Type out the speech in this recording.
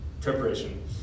preparation